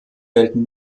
gelten